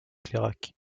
clairac